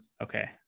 okay